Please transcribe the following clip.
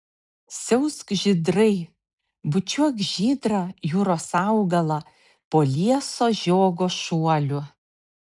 siausk žydrai bučiuok žydrą jūros augalą po lieso žiogo šuoliu